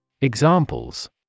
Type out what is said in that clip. Examples